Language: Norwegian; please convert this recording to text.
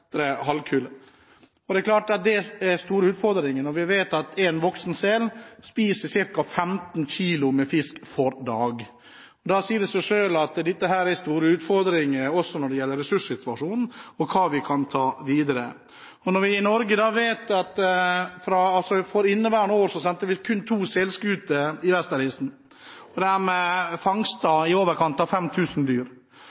den vestre halvkule. Det er klart at det er stor utfordringer når vi vet at en voksen sel spiser ca. 15 kg fisk hver dag. Da sier det seg selv at dette har store utfordringer også når det gjelder ressurssituasjonen, og hva vi kan ta videre. Når vi i Norge vet at vi i inneværende år sendte ut kun to selskuter i Vesterisen med fangster i overkant av 5 000 dyr, er det klart at det er